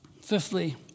Fifthly